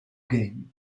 game